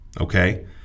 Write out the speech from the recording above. okay